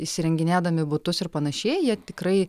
įsirenginėdami butus ir panašiai jie tikrai